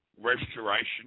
restoration